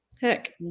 Heck